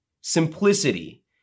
simplicity